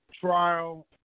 trial